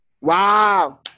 wow